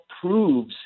proves